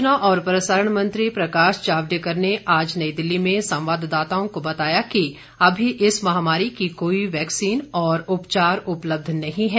सूचना और प्रसारण मंत्री प्रकाश जावडेकर ने आज नई दिल्ली में संवाददाताओं को बताया कि अभी इस महामारी की कोई वैकसीन और उपचार उपलब्ध नहीं है